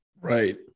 Right